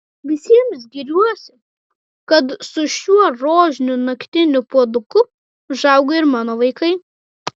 visiems giriuosi kad su šiuo rožiniu naktiniu puoduku užaugo ir mano vaikai